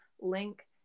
link